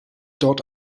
dort